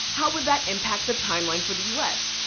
how would that impact the timeline for the u s?